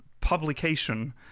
publication